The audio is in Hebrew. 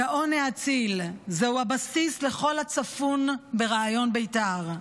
הגאון האציל, זהו הבסיס לכל הצפון ברעיון בית"ר.